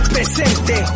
Presente